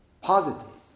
Positive